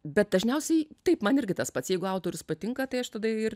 bet dažniausiai taip man irgi tas pats jeigu autorius patinka tai aš tada ir